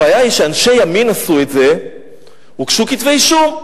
הבעיה היא שאנשי ימין עשו את זה והוגשו כתבי-אישום.